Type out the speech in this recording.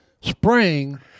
spring